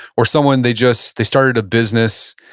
or someone, they just, they started a business,